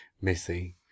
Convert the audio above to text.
Missy